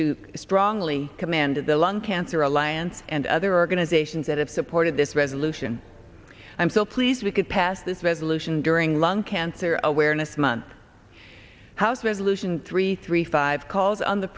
to strongly command of the lung cancer alliance and other organizations that have supported this resolution i'm so pleased we could pass this resolution during lung cancer awareness month house resolution three three five calls on the